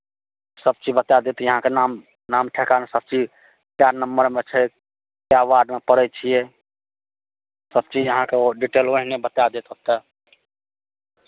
सभचीज बताए देत अहाँके नाम नाम ठेकान सभचीज कए नंबरमे छै कए वार्डमे पड़ै छियै सभचीज अहाँके ओ डिटेल ओहिमे बताए देत सभटा